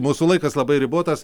mūsų laikas labai ribotas